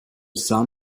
sám